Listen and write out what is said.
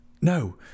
no